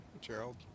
Gerald